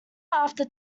after